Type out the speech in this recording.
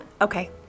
okay